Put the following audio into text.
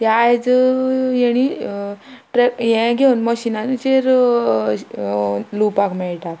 ते आयज हेणी ट्रॅक्ट हे घेवन मशिनांचेर लुवपाक मेळटा